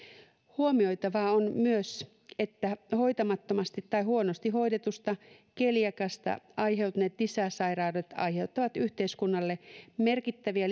huomioitavaa on myös että hoitamattomasta tai huonosti hoidetusta keliakiasta aiheutuneet lisäsairaudet aiheuttavat yhteiskunnalle merkittäviä